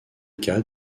cas